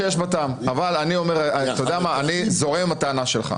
אתה יודע מה, אני זורם עם הטענה שלך.